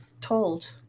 told